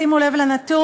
שימו לב לנתון,